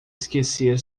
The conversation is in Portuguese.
esquecer